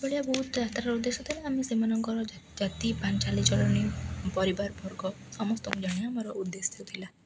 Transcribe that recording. ଏଭଳିଆ ବହୁତ୍ ଯାତ୍ରା ଉଦ୍ଦେଶ୍ୟ ଥିଲେ ଆମେ ସେମାନଙ୍କର ଜାତି ବା ଚାଲିଚଳଣି ପରିବାର ବର୍ଗ ସମସ୍ତଙ୍କୁ ଜାଣିବା ଆମର ଉଦ୍ଦେଶ୍ୟ ଥିଲା